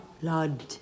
Blood